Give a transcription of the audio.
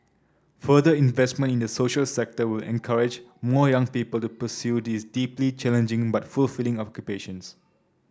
further investment in the social sector will encourage more young people to pursue these deeply challenging but fulfilling occupations